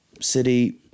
City